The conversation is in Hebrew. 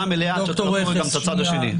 המלאה עד שאתה לא קורא את הצד השני.